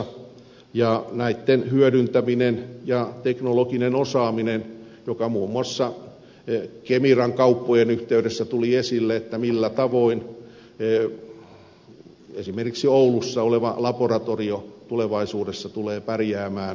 olemme kehityksen kärjessä näitten hyödyntämisessä ja teknologisessa osaamisessa joka muun muassa kemiran kauppojen yhteydessä tuli esille millä tavoin esimerkiksi oulussa oleva laboratorio tulevaisuudessa tulee pärjäämään